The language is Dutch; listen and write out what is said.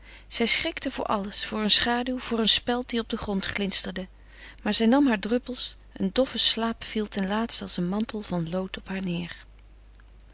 zij schrikte voor alles voor een schaduw voor een speld die op den grond glinsterde maar zij nam haar druppels een doffe slaap viel ten laatste als een mantel van lood op haar neêr